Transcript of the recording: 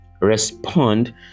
respond